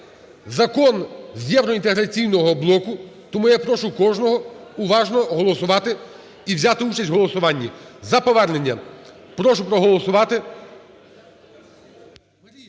закон з євроінтеграційного блоку. Тому я прошу кожного уважно голосувати і взяти участь в голосуванні за повернення. Прошу проголосувати.